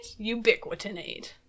Ubiquitinate